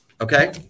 Okay